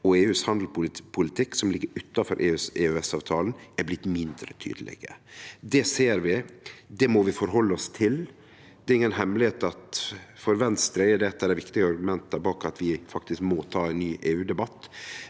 og EUs handelspolitikk, som ligg utanfor EØS-avtalen, er blitt mindre tydeleg. Det ser vi, det må vi halde oss til. Det er inga hemmelegheit at for Venstre er det eit av dei viktige argumenta for at vi faktisk må ta ein ny EU-debatt.